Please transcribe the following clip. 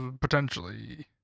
potentially